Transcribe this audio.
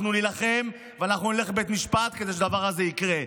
אנחנו נילחם ואנחנו נלך לבית משפט כדי שהדבר הזה יקרה.